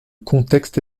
contexte